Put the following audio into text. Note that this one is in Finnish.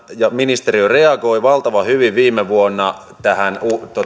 ja ministeriö reagoi valtavan hyvin viime vuonna tähän